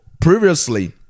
previously